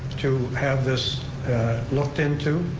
to have this looked into,